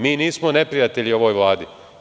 Mi nismo neprijatelji ovoj Vladi.